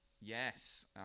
yes